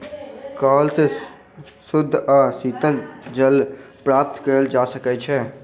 कअल सॅ शुद्ध आ शीतल जल प्राप्त कएल जा सकै छै